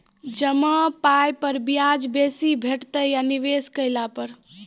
जमा पाय पर ब्याज बेसी भेटतै या निवेश केला पर?